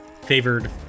favored